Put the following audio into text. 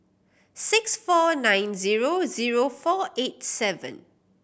six four nine zero zero four eight seven